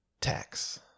Tax